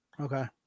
Okay